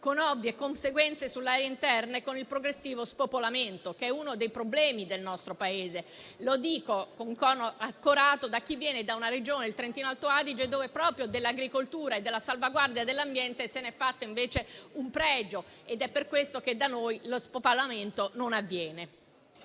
con ovvie conseguenze sulle aree interne e con il loro progressivo spopolamento, che è uno dei problemi del nostro Paese. Lo dico con tono accorato, venendo da una Regione, il Trentino-Alto Adige, dove proprio dell'agricoltura e della salvaguardia dell'ambiente si è fatto invece un pregio; è per questo che da noi lo spopolamento non avviene.